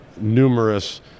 numerous